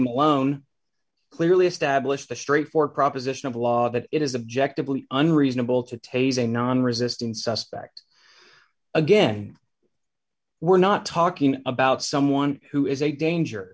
malone clearly established the straight for proposition of law that it is objective unreasonable to tase a nonresistant suspect again we're not talking about someone who is a danger